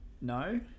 no